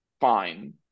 fine